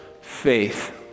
faith